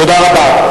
תודה רבה.